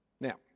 Now